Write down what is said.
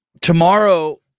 Tomorrow